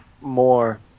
more